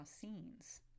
scenes